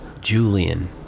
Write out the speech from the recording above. Julian